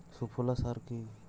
সুফলা সার কি?